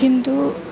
किन्तु